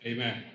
Amen